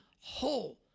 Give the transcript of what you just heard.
whole